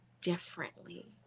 differently